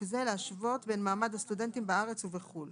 זה להשוות בין מעמד הסטודנטים בארץ ובחו"ל.